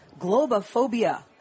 Globophobia